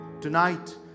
tonight